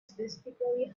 specifically